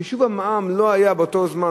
חישוב המע"מ לא היה 16%,